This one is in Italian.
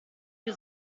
più